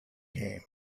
came